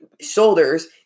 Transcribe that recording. shoulders